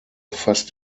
fast